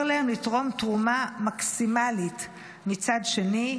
להם לתרום תרומה מקסימלית מצד שני,